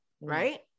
right